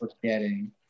forgetting